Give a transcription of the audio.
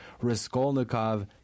Raskolnikov